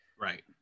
right